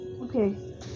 Okay